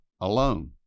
alone